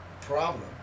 problem